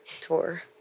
Tour